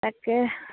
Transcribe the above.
তাকে